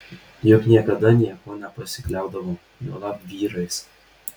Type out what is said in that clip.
juk niekada niekuo nepasikliaudavo juolab vyrais